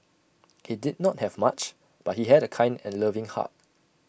he did not have much but he had A kind and loving heart